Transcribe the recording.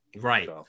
Right